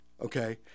okay